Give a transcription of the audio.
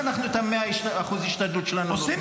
שאנחנו את מאה אחוז ההשתדלות שלנו עושים,